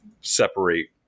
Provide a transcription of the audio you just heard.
separate